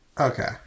okay